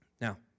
now